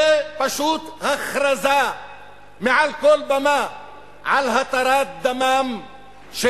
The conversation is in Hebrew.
זה פשוט הכרזה מעל כל במה על התרת דמם של